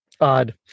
odd